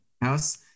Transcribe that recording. house